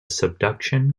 subduction